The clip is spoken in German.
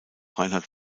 reinhard